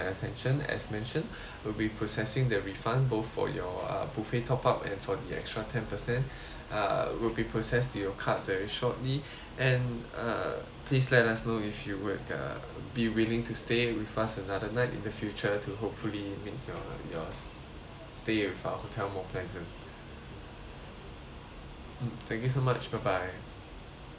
will be processing that refund both for your uh buffet top up and for the extra ten percent uh will be process to your card very shortly and uh please let us know if you would uh be willing to stay with us another night in the future to hopefully meet your your stay with our hotel more pleasant mm thank you so much bye bye